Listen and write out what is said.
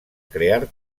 crear